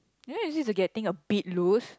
you know usually is to get things a bit loose